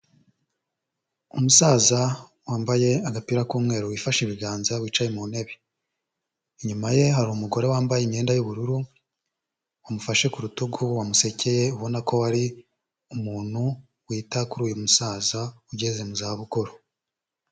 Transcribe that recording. Umusaza wambaye agapira k'umweru, wifashe ibiganza, wicaye mu ntebe, inyuma ye hari umugore wambaye imyenda y'ubururu, wamufashe ku rutugu, wamusekeye, ubona ko ari umuntu wita kuri uyu musaza ugeze mu zabukuru.